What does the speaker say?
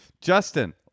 Justin